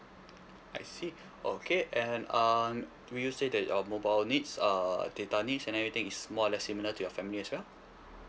I see okay and uh do you say that your mobile needs err data needs and everything is more or less similar to your family as well